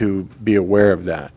to be aware of that